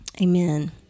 Amen